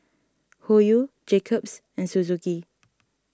Hoyu Jacob's and Suzuki